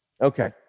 Okay